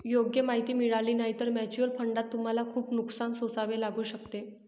योग्य माहिती मिळाली नाही तर म्युच्युअल फंडात तुम्हाला खूप नुकसान सोसावे लागू शकते